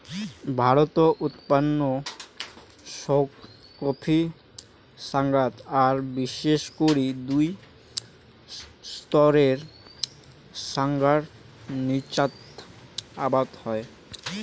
ভারতত উৎপন্ন সৌগ কফি ছ্যাঙাত আর বিশেষ করি দুই স্তরের ছ্যাঙার নীচাত আবাদ হই